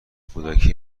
کودکی